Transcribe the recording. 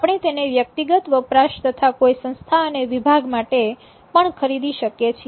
આપણે તેને વ્યક્તિગત વપરાશ તથા કોઈ સંસ્થા અને વિભાગ માટે પણ ખરીદી શકીએ છીએ